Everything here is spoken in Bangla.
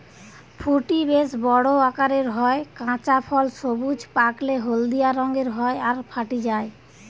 ফুটি বেশ বড় আকারের হয়, কাঁচা ফল সবুজ, পাকলে হলদিয়া রঙের হয় আর ফাটি যায়